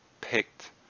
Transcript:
picked